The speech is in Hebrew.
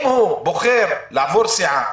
אני מציע שאם הוא בוחר לעבור סיעה,